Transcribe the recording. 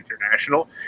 international